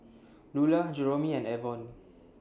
Lular Jeromy and Avon